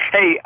Hey